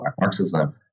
Marxism